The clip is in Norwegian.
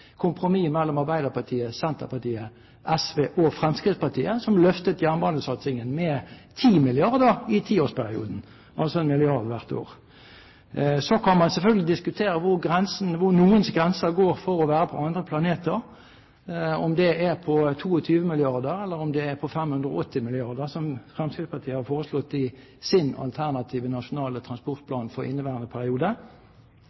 mellom Arbeiderpartiet, Senterpartiet, SV og Fremskrittspartiet, som løftet jernbanesatsingen med 10 mrd. kr i tiårsperioden – altså med 1 mrd. kr hvert år. Så kan man selvfølgelig diskutere hvor noens grenser går for å være på andre planeter, om det er på 22 mrd. kr, eller om det er på 580 mrd. kr, som Fremskrittspartiet har foreslått i sin alternative nasjonale